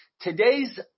today's